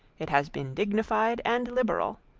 it has been dignified and liberal.